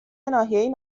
ناحیه